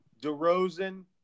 DeRozan